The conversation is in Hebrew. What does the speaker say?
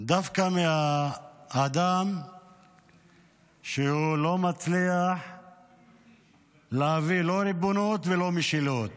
דווקא מהאדם שלא מצליח להביא לא ריבונות ולא משילות